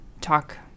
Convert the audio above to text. talk